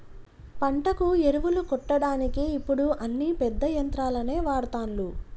పంటకు ఎరువులు కొట్టడానికి ఇప్పుడు అన్ని పెద్ద యంత్రాలనే వాడ్తాన్లు